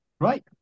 Right